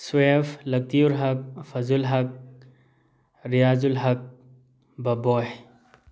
swap ꯂꯛꯇ꯭ꯌꯨꯔ ꯍꯛ ꯐꯖꯨꯜ ꯍꯛ ꯔꯤꯌꯥꯖꯨꯜ ꯍꯛ ꯕꯕꯣꯏ